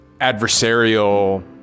adversarial